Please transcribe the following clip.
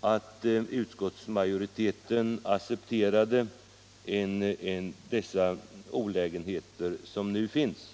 att utskottsmajoriteten accepterade de olägenheter som nu finns.